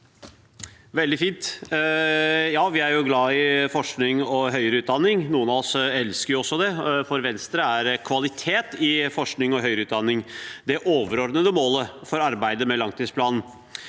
veldig fint. Vi er glade i forskning og høyere utdanning – noen av oss elsker også det. For Venstre er kvalitet i forskning og høyere utdanning det overordnede målet for arbeidet med langtidsplanen,